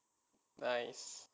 nice